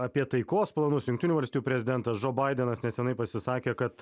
apie taikos planus jungtinių valstijų prezidentas žo baidenas neseniai pasisakė kad